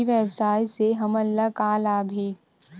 ई व्यवसाय से हमन ला का लाभ हे?